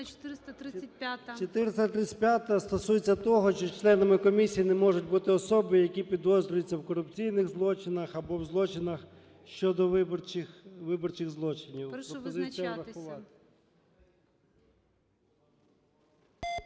435-а стосується того, що членами комісії не можуть бути особи, які підозрюються у корупційних злочинах або у злочинах щодо виборчих злочинів. Пропозиція